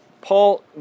Paul